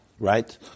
Right